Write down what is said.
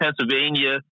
Pennsylvania